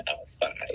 outside